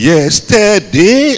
Yesterday